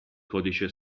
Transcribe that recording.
codice